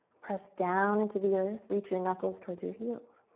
press down into the earth, reach your knuckles towards your heels.